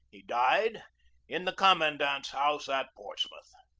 he died in the commandant's house at portsmouth.